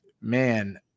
man